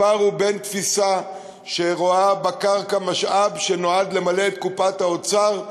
הפער הוא בין תפיסה שרואה בקרקע משאב שנועד למלא את קופת האוצר,